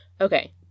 Okay